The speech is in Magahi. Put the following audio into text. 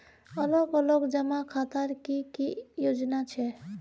अलग अलग जमा खातार की की योजना छे?